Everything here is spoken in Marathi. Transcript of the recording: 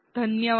धन्यवाद